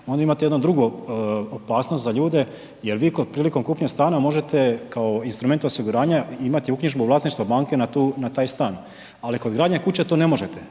onda imate jednu drugu opasnost za ljude jer vi kod prilikom kupnje stanova možete kao instrument osiguranja imati uknjižbu vlasništva banke na taj stan ali kod gradnje kuće to ne možete